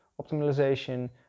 optimization